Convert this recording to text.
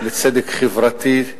לצדק חברתי,